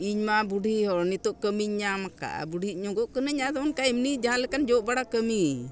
ᱤᱧ ᱢᱟ ᱵᱩᱰᱷᱤ ᱦᱚᱲ ᱱᱤᱛᱳᱜ ᱠᱟᱹᱢᱤᱧ ᱧᱟᱢ ᱟᱠᱟᱫᱼᱟ ᱵᱩᱰᱦᱤ ᱧᱚᱜᱚᱜ ᱠᱟᱹᱱᱟᱹᱧ ᱟᱫᱚ ᱚᱱᱠᱟ ᱮᱢᱱᱤ ᱡᱟᱦᱟᱸ ᱞᱮᱠᱟᱱ ᱡᱚᱜ ᱵᱟᱲᱟ ᱠᱟᱹᱢᱤ